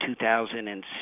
2006